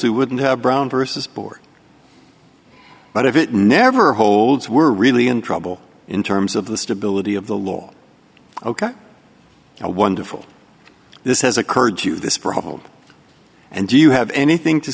he wouldn't have brown versus board but if it never holds we're really in trouble in terms of the stability of the law ok how wonderful this has occurred to this problem and do you have anything to